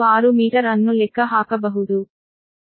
096 metre ಅನ್ನು ಲೆಕ್ಕ ಹಾಕಬಹುದು